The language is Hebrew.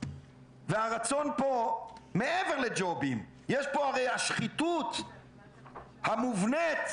הרצון פה מעבר לג'ובים הרי השחיתות המובנית